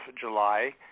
July